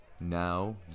Now